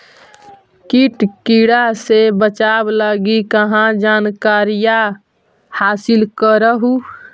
किट किड़ा से बचाब लगी कहा जानकारीया हासिल कर हू?